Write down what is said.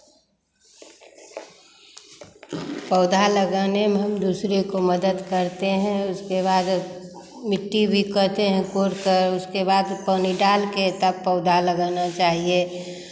पौधा लगाने में हम दूसरे को मदद करते हैं उसके बाद मिट्टी भी करते हैं कोड़कर उसके बाद पानी डाल के तब पौधा लगाना चाहिये